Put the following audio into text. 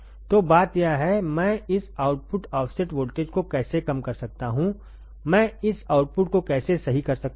तो बात यह हैमैं इस आउटपुट ऑफसेट वोल्टेज को कैसे कम कर सकता हूं मैं इस आउटपुट को कैसे सही कर सकता हूं